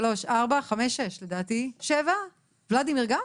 ולדימיר גם?